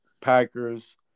Packers